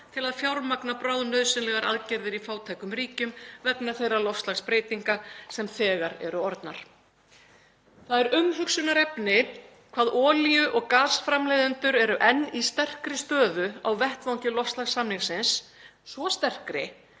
til að fjármagna bráðnauðsynlegar aðgerðir í fátækum ríkjum vegna þeirra loftslagsbreytinga sem þegar eru orðnar. Það er umhugsunarefni hvaða olíu- og gasframleiðendur eru enn í sterkri stöðu á vettvangi loftslagssamningsins, svo sterkri